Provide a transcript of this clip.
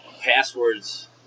passwords